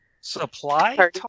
Supply